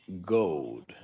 gold